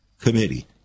committee